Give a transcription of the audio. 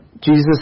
Jesus